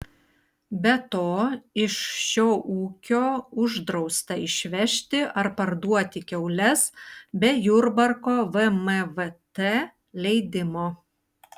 be to iš šio ūkio uždrausta išvežti ar parduoti kiaules be jurbarko vmvt leidimo